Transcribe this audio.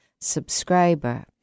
subscriber